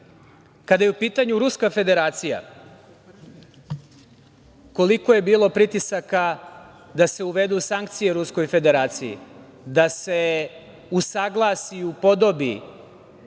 je u pitanju Ruska Federacija, koliko je bilo pritisaka da se uvedu sankcije Ruskoj Federaciji, da se usaglasi i upodobi